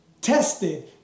tested